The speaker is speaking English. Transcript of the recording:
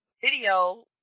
video